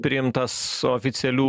priimtas oficialių